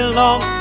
long